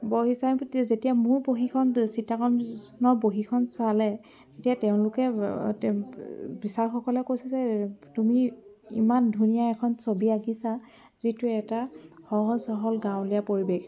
বহি চাই পিতি যেতিয়া মোৰ বহি খন চিত্ৰাংকনৰ বহিখন চালে তেতিয়া তেওঁলোকে বিচাৰক সকলে কৈছে যে তুমি ইমান ধুনীয়া এখন ছবি আঁকিছা যিটো এটা সহজ সৰল গাঁৱলীয়া পৰিৱেশ